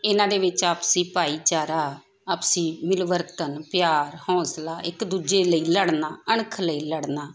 ਇਹਨਾਂ ਦੇ ਵਿੱਚ ਆਪਸੀ ਭਾਈਚਾਰਾ ਆਪਸੀ ਮਿਲਵਰਨ ਪਿਆਰ ਹੌਂਸਲਾ ਇੱਕ ਦੂਜੇ ਲਈ ਲੜਨਾ ਅਣਖ ਲਈ ਲੜਨਾ